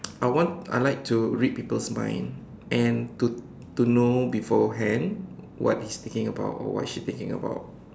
I want I like to read people's mind and to to know beforehand what he's thinking about or what she thinking about